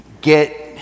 Get